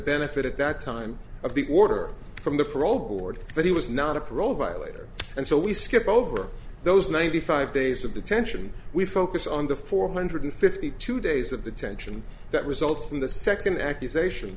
benefit at that time of the order from the parole board that he was not a parole violators and so we skip over those ninety five days of detention we focus on the four hundred fifty two days of the tension that result from the second accusation